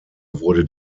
wurde